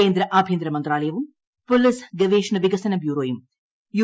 കേന്ദ്ര ആഭ്യന്തര മന്ത്രാലയവും പോലീസ് ഗവേഷണു വികസന ബ്യൂറോയും യു